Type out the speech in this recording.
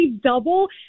double